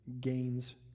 gains